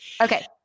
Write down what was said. Okay